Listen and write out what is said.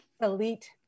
elite